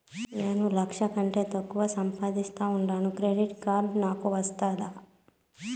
నేను లక్ష కంటే తక్కువ సంపాదిస్తా ఉండాను క్రెడిట్ కార్డు నాకు వస్తాదా